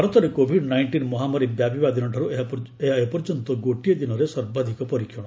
ଭାରତରେ covid nineteen ମହାମାରୀ ବ୍ୟାପିବା ଦିନଠାରୁ ଏହା ଏପର୍ଯ୍ୟନ୍ତ ଗୋଟିଏ ଦିନରେ ସର୍ବାଧିକ ପରୀକ୍ଷଣ